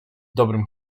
dobrym